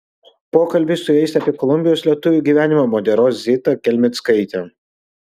pokalbį su jais apie kolumbijos lietuvių gyvenimą moderuos zita kelmickaitė